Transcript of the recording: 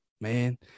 man